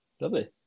lovely